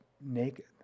naked